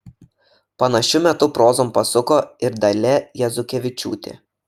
panašiu metu prozon pasuko ir dalia jazukevičiūtė